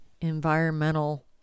environmental